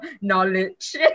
knowledge